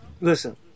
listen